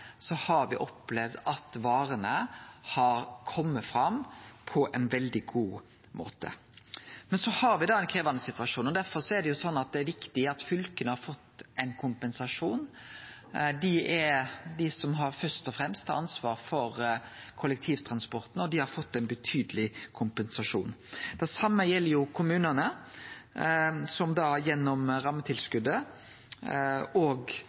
ein veldig god måte. Men me har ein krevjande situasjon, derfor er det viktig at fylka har fått ein kompensasjon. Det er dei som først og fremst har ansvar for kollektivtransporten, og dei har fått ein betydeleg kompensasjon. Det same gjeld kommunane, som gjennom